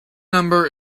number